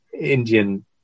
Indian